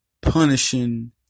punishing